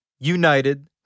United